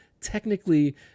technically